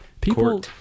people